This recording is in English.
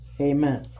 Amen